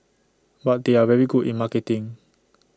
but they are very good in marketing